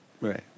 Right